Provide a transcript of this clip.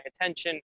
attention